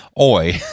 Oi